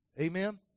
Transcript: amen